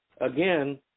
again